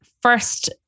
First